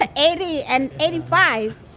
ah eighty and eighty five.